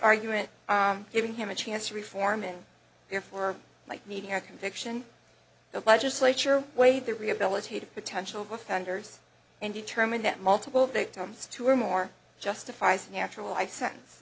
argument giving him a chance to reform and therefore like needing a conviction the legislature way that rehabilitated potential of offenders and determine that multiple victims two or more justifies natural i sense